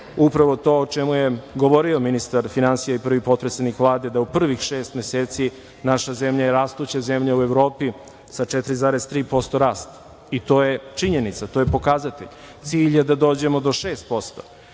upravo to o čemu je govorio ministar i prvi potpredsednik Vlade da u prvih šest meseci naša zemlja rastuća zemlja u Evropi sa 4,3% rasta i to je činjenica, to je pokazatelj. Cilj je da dođemo do 6%.